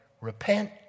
Repent